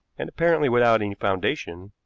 and apparently without any foundation,